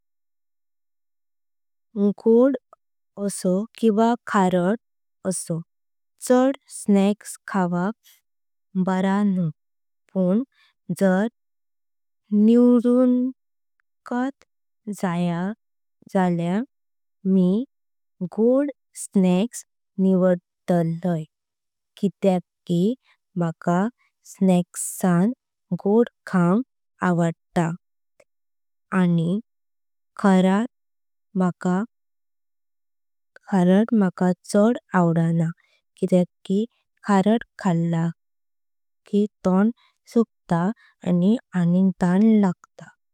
गोड असो किव्हा खारट असो चाड स्नॅक्स खावप। बरां नुं पण जर निवडुंकात जाया। झाल्या मी गोड स्नॅक्स निवडलय किते। की माका स्नॅक्स सां गोड खाऊंक आवडता आनी खारट। मका चाड आवडना कितेक की खारट। खल्ला की तों सुकता आनी आणिक तान लागत।